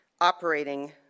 operating